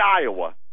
Iowa